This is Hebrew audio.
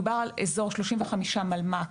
מדובר על אזור 35 מלמ"ק